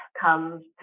comes